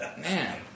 Man